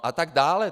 A tak dále.